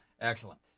Excellent